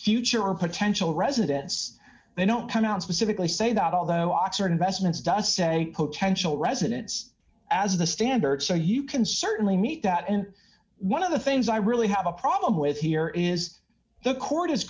future or potential residents they don't come out specifically say that although oxford investment's does say potential residents as the standard so you can certainly meet that and one of the things i really have a problem with here is the court is